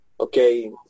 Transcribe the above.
Okay